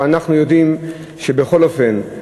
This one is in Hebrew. אבל אנחנו יודעים שבכל אופן,